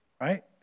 Right